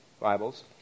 Bibles